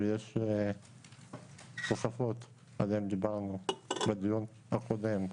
ויש תוספות עליהן דיברנו בדיון הקודם,